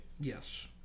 Yes